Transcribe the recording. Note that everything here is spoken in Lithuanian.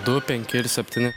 du penki ir septyni